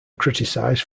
criticized